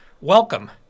Welcome